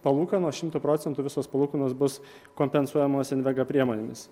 palūkanos šimtu procentų visos palūkanos bus kompensuojamos invega priemonėmis